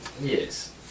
Yes